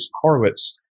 Horowitz